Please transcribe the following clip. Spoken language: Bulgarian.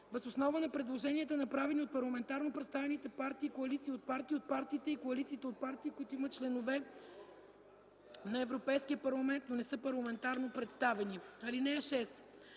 въз основа на предложенията, направени от парламентарно представените партии и коалиции от партии и от партиите и коалициите от партии, които имат членове на Европейския парламент, но не са парламентарно представени. (6)